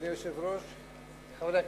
אדוני היושב-ראש, חברי הכנסת,